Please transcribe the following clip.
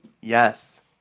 yes